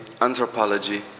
anthropology